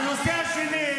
השני: